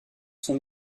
sont